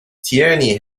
tierney